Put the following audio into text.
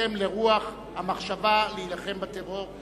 בהתאם לרוח המחשבה של להילחם בטרור.